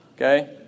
Okay